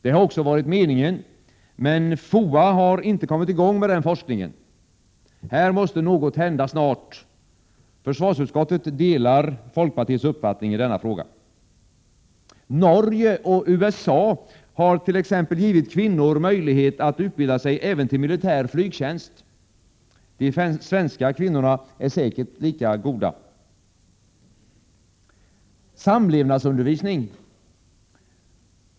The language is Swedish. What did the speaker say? Det har också varit meningen att så skulle bli fallet, men FOA har inte kommit i gång med den forskningen. Här måste något hända snart. Försvarsutskottet delar folkpartiets uppfattning i denna fråga. Norge och USA hart.ex. givit kvinnor möjlighet att utbilda sig även för militär flygtjänst. De svenska kvinnorna är säkert lika goda.